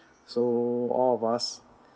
so all of us